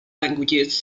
languages